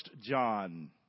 John